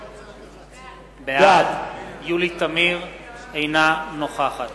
בעד יולי תמיר, אינה נוכחת